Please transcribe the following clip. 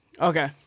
Okay